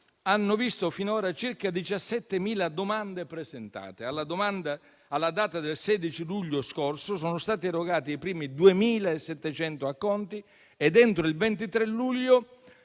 hanno visto finora circa 17.000 domande presentate; alla data del 16 luglio scorso sono stati erogati i primi 2.700 acconti ed entro il 23 luglio